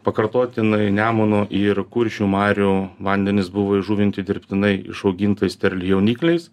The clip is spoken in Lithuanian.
pakartotinai nemuno ir kuršių marių vandenys buvo įžuvinti dirbtinai išaugintais sterlių jaunikliais